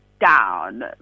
down